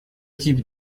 types